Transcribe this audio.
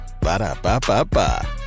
Ba-da-ba-ba-ba